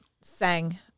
sang